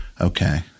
Okay